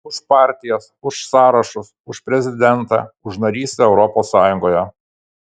už partijas už sąrašus už prezidentą už narystę europos sąjungoje